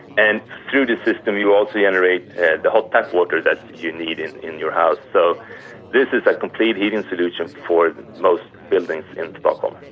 and through this system you also generate the hot tap water that you need in in your house. so this is a complete heating solution for most buildings in stockholm.